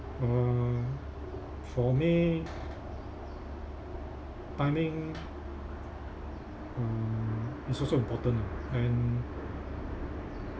uh for me timing uh is also important ah and